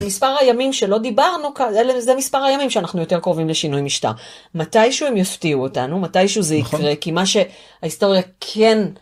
מספר הימים שלא דיברנו זה מספר הימים שאנו יותר קרובים לשינוי משטר, מתישהו הם יפתיעו אותנו, מתישהו זה יקרה, כי מה שההיסטוריה כן...